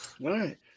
right